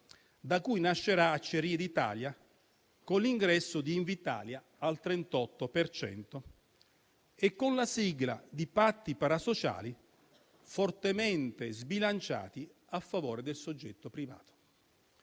da cui nascerà Acciaierie d'Italia, con l'ingresso di Invitalia al 38 per cento e con la sigla di patti parasociali fortemente sbilanciati a favore del soggetto privato;